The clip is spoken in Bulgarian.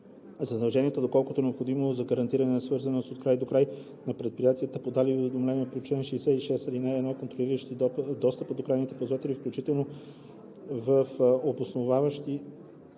„1. задължения, доколкото е необходимо за гарантиране на свързаност от край до край, на предприятията, подали уведомление по чл. 66, ал. 1, контролиращи достъпа до крайните ползватели, включително в обосновани